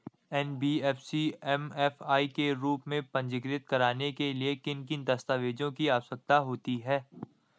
NBFC MFI के रूप में पंजीकृत कराने के लिए किन किन दस्तावेज़ों की आवश्यकता होती है?